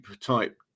type